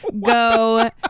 go